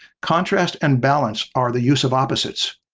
contrast and balance are the use of opposites,